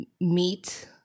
meet